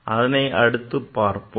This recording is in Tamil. அதனை நாம் அடுத்து பார்ப்போம்